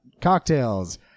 cocktails